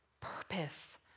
purpose